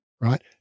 right